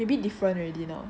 maybe different already now